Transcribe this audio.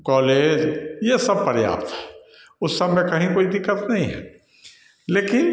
college यह सब पर्याप्त है उस सब में कहीं कोई दिक्कत नहीं है लेकिन